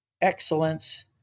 excellence